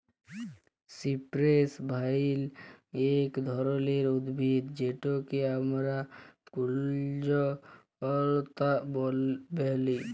cypress vine ইক ধরলের উদ্ভিদ যেটকে আমরা কুল্জলতা ব্যলে